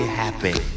happy